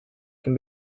can